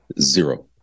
zero